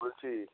বলছি